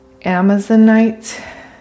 Amazonite